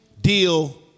deal